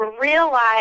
realize